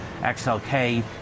XLK